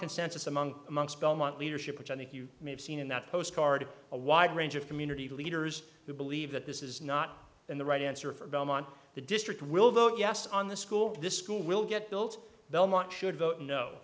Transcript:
consensus among amongst belmont leadership which i think you may have seen in that postcard a wide range of community leaders who believe that this is not the right answer for belmont the district will vote yes on the school this school will get built belmont should vote no